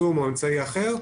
זום או באמצעי אחר,